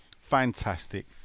fantastic